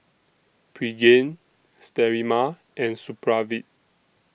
Pregain Sterimar and Supravit